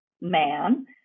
man